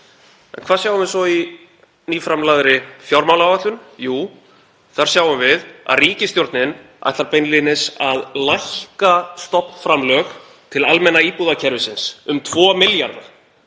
Hvað sjáum við svo í nýframlagðri fjármálaáætlun? Jú, þar sjáum við að ríkisstjórnin ætlar beinlínis að lækka stofnframlög til almenna íbúðakerfisins um 2 milljarða.